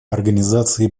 организации